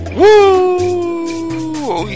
woo